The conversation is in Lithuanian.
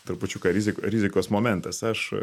trupučiuką rizikos momentas aš